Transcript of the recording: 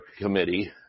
committee